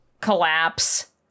collapse